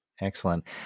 excellent